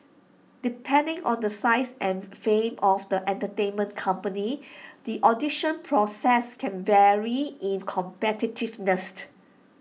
depending on the size and fame of the entertainment company the audition process can vary in competitiveness